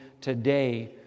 today